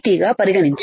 గా పరిగణించాము